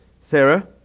Sarah